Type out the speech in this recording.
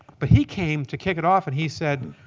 but he came to kick it off, and he said,